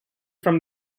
from